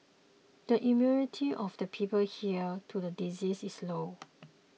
the immunity of the people here to the disease is low